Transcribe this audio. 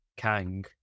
Kang